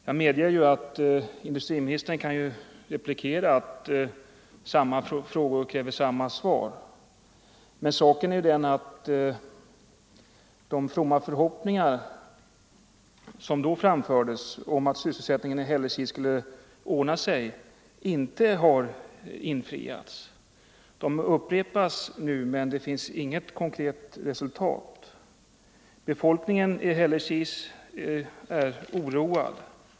Jag medger att industriministern kan replikera att samma frågor kräver samma svar. Men de fromma förhoppningar som då framfördes om att sysselsättningsfrågan i Hällekis skulle ordna sig har inte infriats. Dessa förhoppningar uttalas också nu men det finns inget konkret resultat. Befolkningen i Hällekis är oroad.